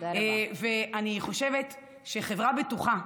ואני חושבת שחברה שבטוחה,